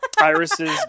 iris's